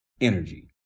energy